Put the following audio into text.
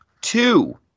two